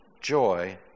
Joy